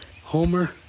Homer